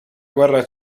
guerra